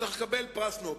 צריך לקבל פרס נובל.